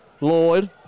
Lloyd